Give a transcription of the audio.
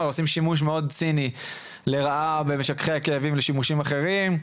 עושים שימוש מאוד ציני לרעה במשככי הכאבים לשימושים אחרים.